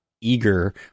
eager